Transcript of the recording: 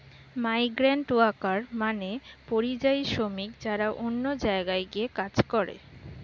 migrant worker মানে পরিযায়ী শ্রমিক যারা অন্য জায়গায় গিয়ে কাজ করে